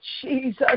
Jesus